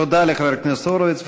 תודה לחבר הכנסת הורוביץ.